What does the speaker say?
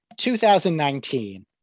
2019